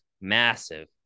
massive